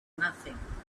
nothing